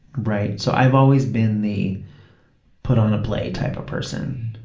right, so i've always been the put-on-a-play type of person,